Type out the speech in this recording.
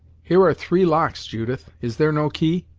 here are three locks, judith is there no key?